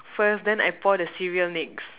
first then I pour the cereal next